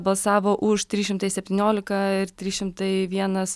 balsavo už trys šimtai septyniolika ir trys šimtai vienas